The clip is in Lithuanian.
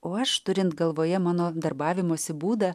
o aš turint galvoje mano darbavimosi būdą